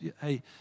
hey